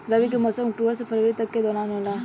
रबी के मौसम अक्टूबर से फरवरी के दौरान होला